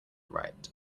right